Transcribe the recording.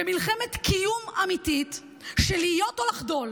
במלחמת קיום אמיתית של להיות או לחדול.